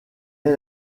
est